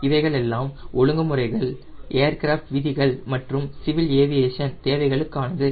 இவைகளெல்லாம் ஒழுங்குமுறைகள் ஏர்கிராஃப்ட் விதிகள் மற்றும் சிவில் ஏவியேஷன் தேவைகளுக்கானது